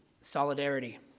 solidarity